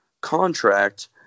contract